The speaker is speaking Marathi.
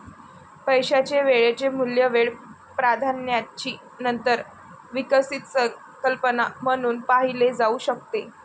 पैशाचे वेळेचे मूल्य वेळ प्राधान्याची नंतर विकसित संकल्पना म्हणून पाहिले जाऊ शकते